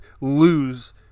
lose